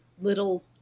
little